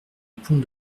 pont